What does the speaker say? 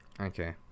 okay